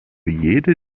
jede